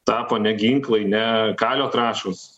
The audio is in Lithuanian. tapo ne ginklai ne kalio trąšos